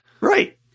right